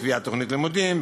בקביעת תוכנית לימודים,